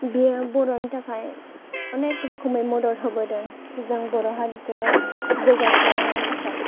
बियो बर'नि थाखाय अनेक रोखोमै मदद होबोदों जों बर' हारिखौहाय जौगाथियाव लांनो थाखाय